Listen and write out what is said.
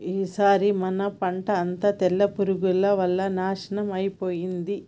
ఈసారి మన పంట అంతా తెల్ల పురుగుల వల్ల నాశనం అయిపోయింది